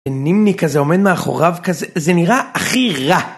נימי כזה עומד מאחוריו כזה, זה נראה הכי רע!